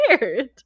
weird